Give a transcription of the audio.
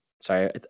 Sorry